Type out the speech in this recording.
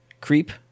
creep